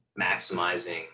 maximizing